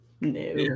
no